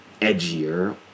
edgier